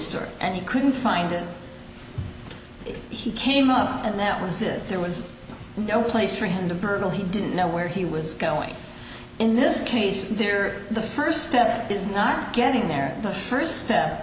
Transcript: store and he couldn't find it if he came up and that was it there was no place for him to burgle he didn't know where he was going in this case here the first step is not getting there the first step